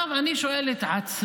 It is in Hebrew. עכשיו, אני שואל את עצמי,